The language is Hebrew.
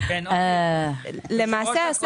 למעשה,